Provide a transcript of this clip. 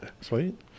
sweet